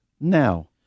now